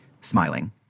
smiling